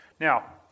Now